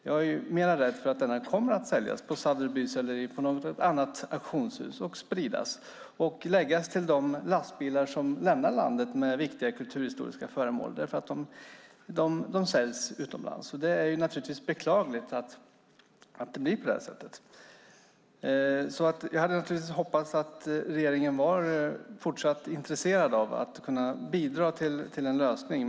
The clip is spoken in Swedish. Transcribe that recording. Jag är mer rädd för att samlingen kommer att säljas på Sotheby ́s eller på något annat auktionshus och spridas. Det kommer då att läggas på de lastbilar som lämnar landet med viktiga kulturhistoriska föremål som säljs utomlands. Det är beklagligt att det blir på det sättet. Jag hade hoppats att regeringen var fortsatt intresserad av att kunna bidra till en lösning.